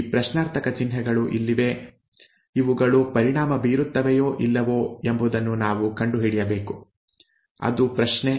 ಈ ಪ್ರಶ್ನಾರ್ಥಕ ಚಿನ್ಹೆಗಳು ಇಲ್ಲಿವೆ ಇವುಗಳು ಪರಿಣಾಮ ಬೀರುತ್ತವೆಯೋ ಇಲ್ಲವೋ ಎಂಬುದನ್ನು ನಾವು ಕಂಡುಹಿಡಿಯಬೇಕು ಅದು ಪ್ರಶ್ನೆ